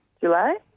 July